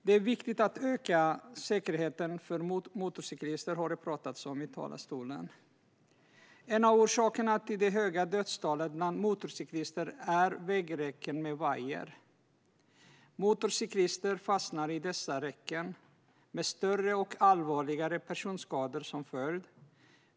Det är viktigt att öka säkerheten för motorcyklister, som det har pratats om i talarstolen. En av orsakerna till det höga dödstalet bland motorcyklister är vägräcken med vajer. Motorcyklister fastnar i dessa räcken, med större och allvarligare personskador som följd.